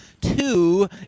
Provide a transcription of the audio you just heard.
two